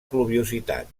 pluviositat